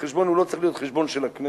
החשבון לא צריך להיות חשבון של הכנסת,